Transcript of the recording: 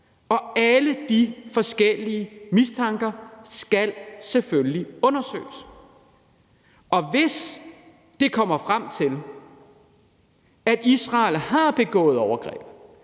og alle de forskellige mistanker skal selvfølgelig undersøges. Hvis det kommer frem til, at Israel har begået overgreb,